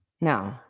no